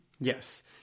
Yes